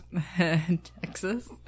Texas